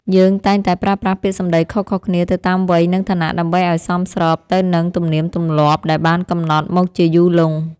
យើងតែងតែប្រើប្រាស់ពាក្យសម្តីខុសៗគ្នាទៅតាមវ័យនិងឋានៈដើម្បីឱ្យសមស្របទៅនឹងទំនៀមទម្លាប់ដែលបានកំណត់មកជាយូរលង់។